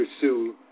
pursue